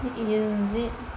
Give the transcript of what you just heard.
is it